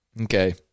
okay